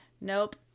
Nope